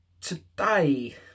Today